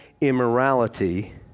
immorality